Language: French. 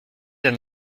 d’un